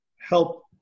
help